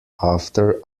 after